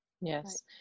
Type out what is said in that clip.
Yes